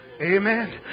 Amen